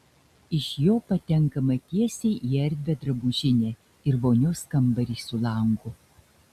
iš jo patenkama tiesiai į erdvią drabužinę ir vonios kambarį su langu